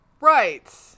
right